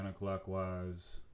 counterclockwise